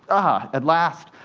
ah, at last,